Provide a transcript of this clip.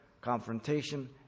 confrontation